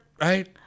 Right